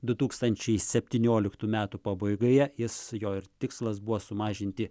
du tūkstančiai septynioliktų metų pabaigoje jis jo ir tikslas buvo sumažinti